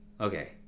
okay